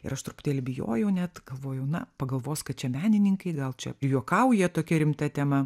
ir aš truputėlį bijojau net galvojau na pagalvos kad čia menininkai gal čia juokauja tokia rimta tema